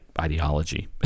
ideology